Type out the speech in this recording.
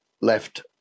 left